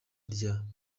rya